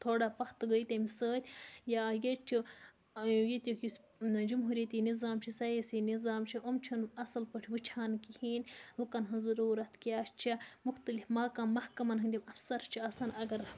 تھوڑا پَتھ تہِ گٔے تَمہِ سۭتۍ یا ییٚتہِ چھِ ییٚتیُک یُس جمہوٗرِیَتی نِظام چھِ سَیٲسی نِظام چھِ یِم چھِنہٕ اَصٕل پٲٹھۍ وٕچھان کِہیٖنۍ لُکَن ہٕنٛز ضروٗرت کیٛاہ چھےٚ مُختلِف محکہ محکَمَن ہٕنٛدۍ یِم اَفسَر چھِ آسان اگر